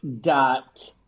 dot